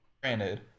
granted